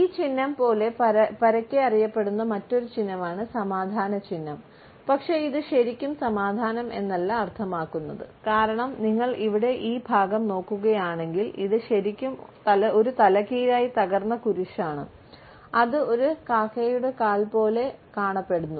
ഈ ചിഹ്നം പോലെ പരക്കെ അറിയപ്പെടുന്ന മറ്റൊരു ചിഹ്നമാണ് സമാധാന ചിഹ്നം പക്ഷേ ഇത് ശരിക്കും സമാധാനം എന്നല്ല അർത്ഥമാക്കുന്നത് കാരണം നിങ്ങൾ ഇവിടെ ഈ ഭാഗം നോക്കുകയാണെങ്കിൽ ഇത് ശരിക്കും ഒരു തലകീഴായി തകർന്ന കുരിശാണ് അത് ഒരു കാക്കയുടെ കാൽ പോലെ കാണപ്പെടുന്നു